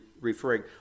referring